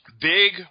Big